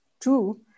two